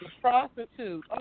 prostitute